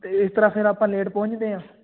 ਅਤੇ ਇਸ ਤਰ੍ਹਾਂ ਫਿਰ ਆਪਾਂ ਲੇਟ ਪਹੁੰਚਦੇ ਹਾਂ